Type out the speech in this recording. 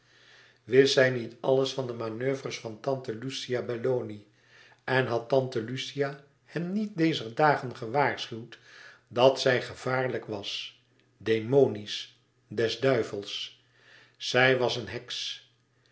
wist zij niet alles van de manoeuvres van tante lucia belloni en had tante lucia hem niet dezer dagen gewaarschuwd dat zij gevaarlijk was demonisch des duivels zij was een heks